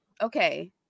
okay